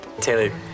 Taylor